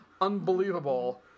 unbelievable